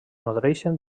nodreixen